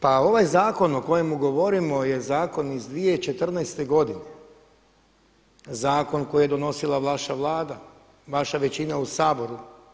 Pa ovaj zakon o kojemu govorimo je zakon iz 2014. godine, zakon koji je donosila vaša Vlada, vaša većina u Saboru.